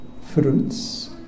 fruits